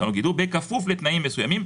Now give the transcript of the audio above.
הדין לא הולך להחמיר.